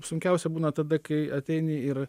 sunkiausia būna tada kai ateini ir